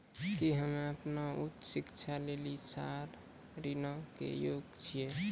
कि हम्मे अपनो उच्च शिक्षा लेली छात्र ऋणो के योग्य छियै?